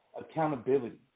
accountability